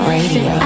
Radio